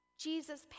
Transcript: Jesus